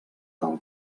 del